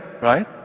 right